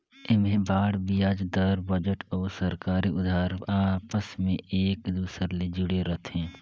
ऐम्हें बांड बियाज दर, बजट अउ सरकारी उधार आपस मे एक दूसर ले जुड़े रथे